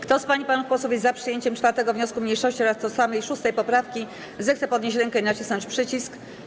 Kto z pań i panów posłów jest za przyjęciem 4. wniosku mniejszości oraz tożsamej 6. poprawki, zechce podnieść rękę i nacisnąć przycisk.